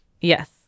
Yes